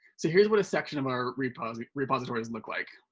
so here is what a section of our repositories repositories look like.